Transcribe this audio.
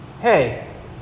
hey